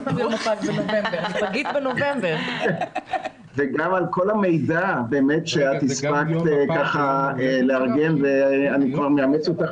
וגם על כל המידע שאת הספקת לארגן ואני כבר מאמץ אותך